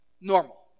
Normal